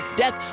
death